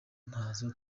ntazo